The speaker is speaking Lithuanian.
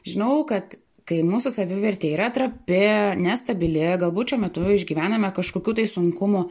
žinau kad kai mūsų savivertė yra trapi nestabili galbūt šiuo metu išgyvename kažkokių tai sunkumų